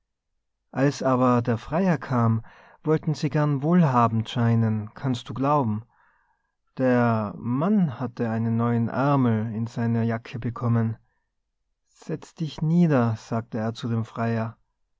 als aber der freier kam wollten sie gern wohlhabend scheinen kannst du glauben der mann hatte einen neuen ärmel in seine jacke bekommen setz dich nieder sagte er zu dem freier